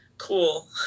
cool